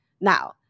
Now